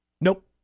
Nope